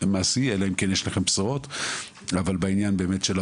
מעשי אלא אם כן יש לכם בשורות והעניין השני הוא מה